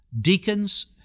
deacons